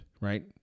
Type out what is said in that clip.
right